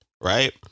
Right